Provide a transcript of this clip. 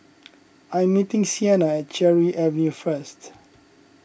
I am meeting Sienna at Cherry Avenue first